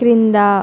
క్రిందా